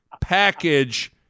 package